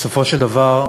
בסופו של דבר,